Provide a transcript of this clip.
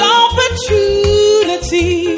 opportunity